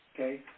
Okay